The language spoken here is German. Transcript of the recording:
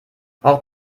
braucht